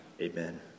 amen